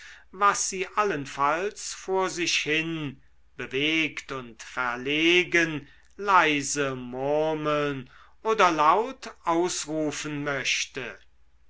was sie allenfalls vor sich hin bewegt und verlegen leise murmeln oder laut ausrufen möchte